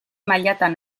mailatan